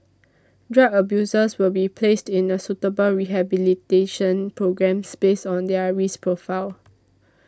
drug abusers will be placed in a suitable rehabilitation programmes based on their risk profile